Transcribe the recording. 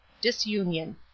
Disunion